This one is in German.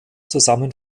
zusammen